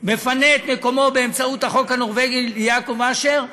מפנה את מקומו באמצעות החוק הנורבגי ליעקב אשר,